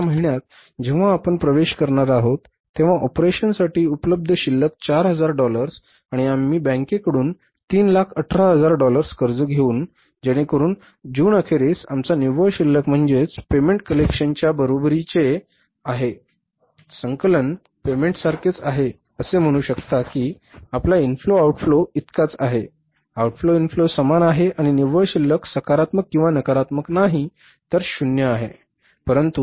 जूनच्या महिन्यात जेव्हा आपण प्रवेश करणार आहोत तेव्हा ऑपरेशनसाठी उपलब्ध शिल्लक 4000 डॉलर्स आणि आम्ही बँकेकडून 318000 डॉलर्स कर्ज घेऊ जेणेकरून जूनअखेरीस आमचा निव्वळ शिल्लक म्हणजे म्हणजेच पेमेंट कलेक्शनच्या बरोबरीचे आहे संकलन पेमेंट्ससारखेच आहे असे म्हणू शकता की आपला इनफ्लो आउटफ्लो इतकाच आहे आउटफ्लो इनफ्लो समान आहे आणि निव्वळ शिल्लक सकारात्मक किंवा नकारात्मक नाही तर शून्य आहे